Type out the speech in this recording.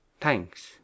thanks